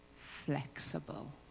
flexible